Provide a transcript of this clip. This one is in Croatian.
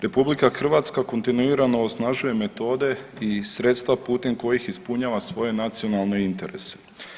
RH kontinuirano osnažuje metode i sredstva putem kojih ispunjava svoje nacionalne interese.